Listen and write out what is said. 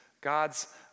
God's